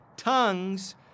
Tongues